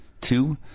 two